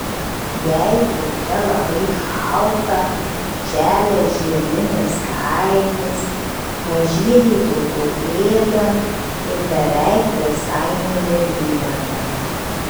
jei lauke labai šalta želia žieminis kailis mažieji daugiau ėda ir beveik visai nebemiega